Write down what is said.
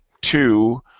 two